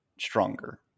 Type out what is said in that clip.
stronger